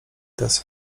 tesa